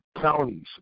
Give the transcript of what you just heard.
counties